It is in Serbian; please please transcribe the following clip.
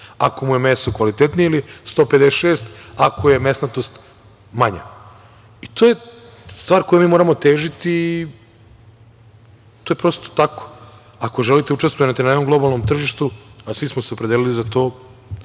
Ako mu je meso kvalitetnije ili 156 ako je mesnatost manja. To je stvar kojoj mi moramo težiti i to je prosto tako. Ako želite da učestvujete na jednom globalnom tržištu, a svi smo se opredelili za to,